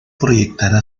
proyectada